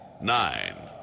nine